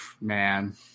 Man